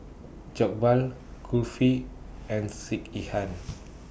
Jokbal Kulfi and Sekihan